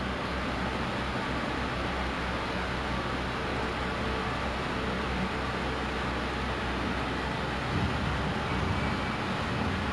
err actually ya lah I've I've been to U_S I I went to U_S_S with my boyfriend the other time it was nice but actually like quite